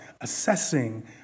assessing